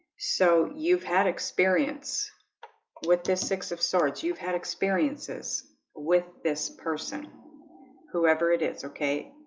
so you've had experience with this six of swords, you've had experiences with this person whoever it is, okay